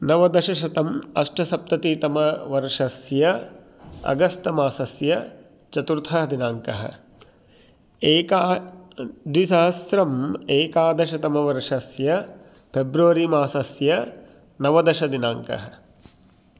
नवदशशतम् अष्टसप्ततितमवर्षस्य अगस्तमासस्य चतुर्थः दिनाङ्कः एका द्विसहस्रम् एकादशतमवर्षस्य फ़ेब्रुवरी मासस्य नवदशदिनाङ्कः